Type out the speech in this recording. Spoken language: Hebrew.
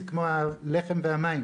זה כמו הלחם והמים.